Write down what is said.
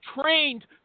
trained